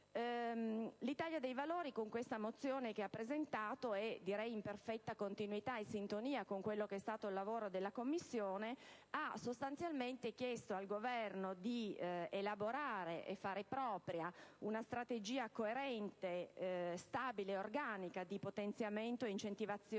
L'Italia dei Valori, con la mozione che ha presentato, in perfetta continuità e sintonia con il lavoro della Commissione, ha chiesto al Governo di elaborare e fare propria una strategia coerente, stabile ed organica di potenziamento e incentivazione